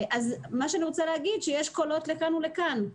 כלומר, יש קולות לכאן ולכאן.